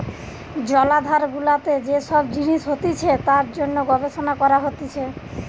জলাধার গুলাতে যে সব জিনিস হতিছে তার জন্যে গবেষণা করা হতিছে